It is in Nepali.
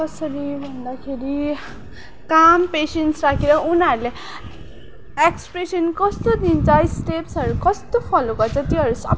कसरी भन्दाखेरि काम पेसेन्स राखेर उनीहरूले एक्सप्रेसन कस्तो दिन्छ स्टेप्सहरू कस्तो फलो गर्छ त्योहरू सबै